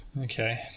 Okay